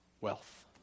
wealth